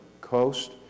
coast